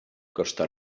costa